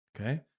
okay